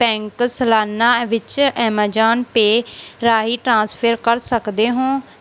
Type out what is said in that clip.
bank ਸਾਲਾਨਾ ਵਿੱਚ Amazon Pay ਰਾਹੀਂ ਟ੍ਰਾਂਸਫਰ ਕਰ ਸਕਦੇ ਹੋ